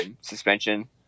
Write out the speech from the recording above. suspension